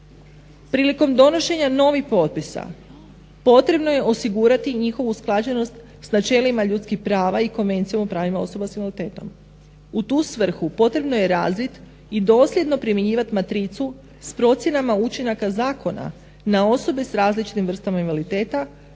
Prilikom donošenja novih potpisa potrebno je osigurati njihovu usklađenost s načelima ljudskih prava i Konvencija o pravima osoba s invaliditetom. U tu svrhu potrebno je razviti i dosljedno primjenjivati matricu s procjenama učinaka zakona na osobe s različitim vrstama invaliditeta